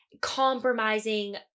compromising